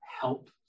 help